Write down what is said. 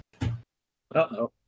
Uh-oh